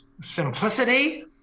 Simplicity